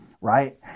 right